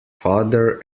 father